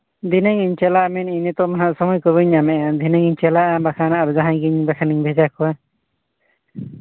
ᱫᱷᱤᱱᱟᱹᱝ ᱤᱧ ᱪᱟᱞᱟᱜᱼᱟ ᱱᱤᱛᱚᱜ ᱢᱟ ᱦᱟᱸᱜ ᱥᱚᱢᱚᱭ ᱠᱚ ᱵᱟᱹᱧ ᱧᱟᱢ ᱮᱜᱼᱟ ᱫᱷᱤᱱᱟᱹᱝ ᱤᱧ ᱪᱟᱞᱟᱜᱼᱟ ᱵᱟᱠᱷᱟᱱ ᱟᱨ ᱡᱟᱦᱟᱸᱭ ᱜᱤᱧ ᱵᱷᱮᱡᱟ ᱠᱚᱣᱟ